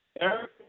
Eric